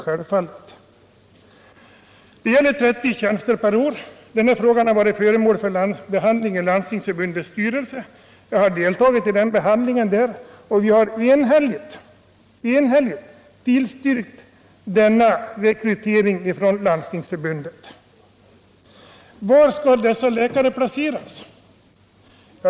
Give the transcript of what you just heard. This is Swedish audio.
Tisdagen den Det gäller 30 tjänster per år. Denna fråga har varit föremål för be 13 december 1977 handling i Landstingsförbundets styrelse, och jag har deltagit iden bes I handlingen. Vi har i Landstingsförbundet enhälligt tillstyrkt denna re = Individuell taxekrytering. Var skall dessa läkare placeras?